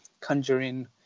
Conjuring